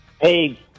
Hey